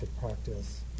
practice